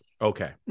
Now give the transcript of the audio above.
okay